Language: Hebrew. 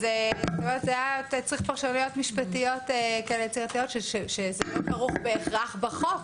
צריך פרשנויות משפטיות יצירתיות שזה לא כרוך בהכרח בחוק,